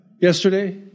yesterday